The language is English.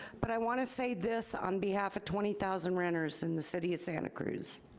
but i want to say this on behalf of twenty thousand renters in the city of santa cruz,